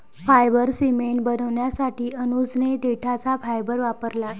fibre cement बनवण्यासाठी अनुजने देठाचा फायबर वापरला